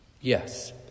Yes